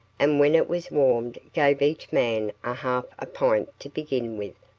and when it was warmed gave each man a half a pint to begin with.